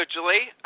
Julie